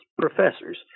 professors